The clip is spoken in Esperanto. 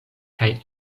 kaj